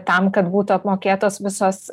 tam kad būtų apmokėtos visos